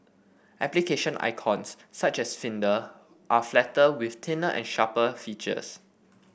application icons such as Finder are flatter with thinner and sharper features